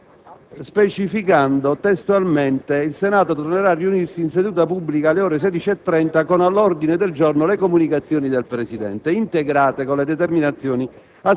specificando testualmente: «Ricordo che il Senato tornerà a riunirsi in seduta pubblica oggi, alle ore 16,30, con all'ordine del giorno le comunicazioni del Presidente, integrate con le determinazioni